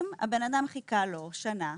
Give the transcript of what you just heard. אם האדם חיכה לו שנה,